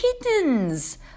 kittens